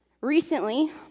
Recently